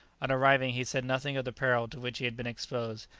on arriving, he said nothing of the peril to which he had been exposed,